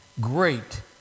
Great